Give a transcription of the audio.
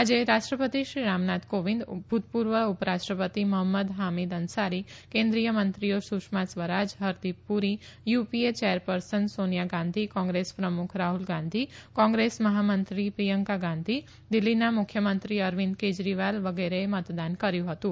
આજે રાષ્ટ્રપતિ શ્રી રામનાથ કોવિંદ ભુતપુર્વ ઉપરાષ્ટ્રપતિ મહંમદ હામીદ અન્સારી કેન્દ્રીય મંત્રીઓ સુષ્મા સ્વરાજ હરદીપ પુરી યુપીએ ચેરપર્સન સોનિયા ગાંધી કોંગ્રેસ પ્રમુખ રાહ્લ ગાંધી કોંગ્રેસ મહામંત્રી પ્રિયંકા ગાંધી દિલ્હીના મુખ્યમંત્રી અરવિંદ કેજરીવાલ વગેરેએ મતદાન કર્યુ હતું